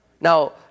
Now